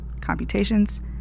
Computations